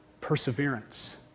Perseverance